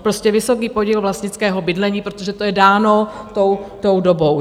Prostě vysoký podíl vlastnického bydlení, protože to je dáno tou dobou, ano?